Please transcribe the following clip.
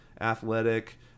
athletic